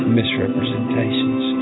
misrepresentations